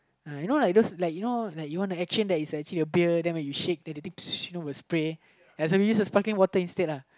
ya you know like those you know when you shake the beer then the thing ya we use the Sparkling water instead lah